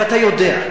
ואתה יודע,